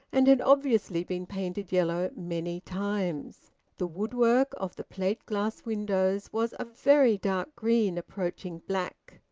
and had obviously been painted yellow many times the woodwork of the plate-glass windows was a very dark green approaching black.